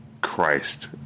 Christ